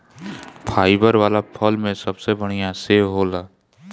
fibre वाला फल में सबसे बढ़िया सेव होला